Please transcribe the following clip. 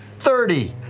thirty.